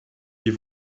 wie